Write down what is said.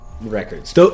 Records